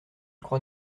croit